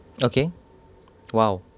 okay !wow!